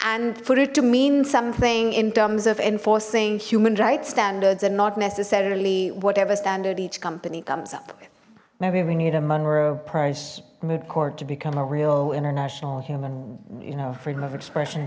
for it to mean something in terms of enforcing human rights standards and not necessarily whatever standard each company comes up with maybe we need a monroe price mid court to become a real international human you know freedom of expression